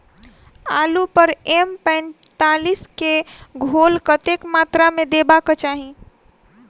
आलु पर एम पैंतालीस केँ घोल कतेक मात्रा मे देबाक चाहि?